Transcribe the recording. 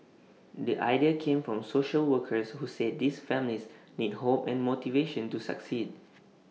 the idea came from social workers who said these families need hope and motivation to succeed